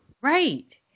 Right